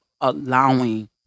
allowing